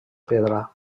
pedra